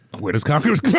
where does congress come